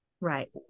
right